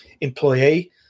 employee